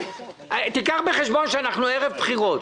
יש לה אישור הגשת מסמכים בשלב זה,